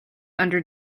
under